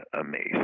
amazing